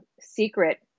secret